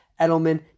Edelman